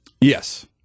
Yes